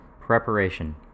Preparation